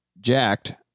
jacked